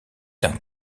d’un